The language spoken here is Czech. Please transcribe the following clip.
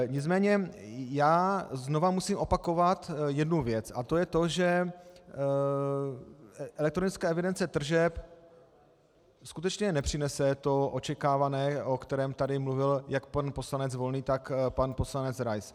Nicméně musím znovu opakovat jednu věc a to je to, že elektronická evidence tržeb skutečně nepřinese to očekávané, o kterém tady mluvil jak pan poslanec Volný, tak pan poslanec Rais.